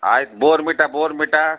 ಆಯ್ತು ಬೋರ್ಮಿಟಾ ಬೋರ್ಮಿಟಾ